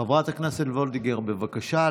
חברת הכנסת וולדיגר, בבקשה.